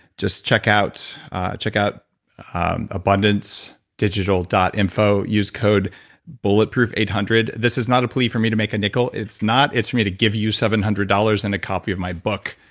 just check out check out abundancedigital info. use code bulletproof eight hundred. this is not a plea for me to make a nickel. it's not. it's for me to give you seven hundred dollars and a copy of my book.